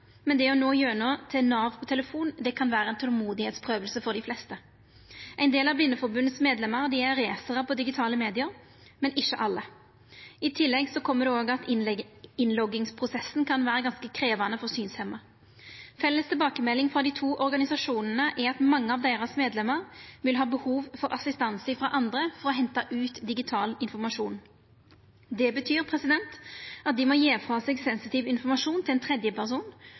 er meir kjend, men det å nå igjennom til Nav på telefon kan vera ein tolmodsprøvelse for dei fleste. Ein del av Blindeforbundets medlemer er racerar på digitale medium, men ikkje alle. I tillegg kjem òg at innloggingsprosessen kan vera ganske krevjande for synshemma. Ei felles tilbakemelding frå dei to organisasjonane er at mange av deira medlemer vil ha behov for assistanse frå andre for å henta ut digital informasjon. Det betyr at dei må gje frå seg sensitiv informasjon til ein